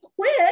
quit